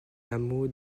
hameaux